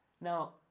Now